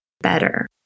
better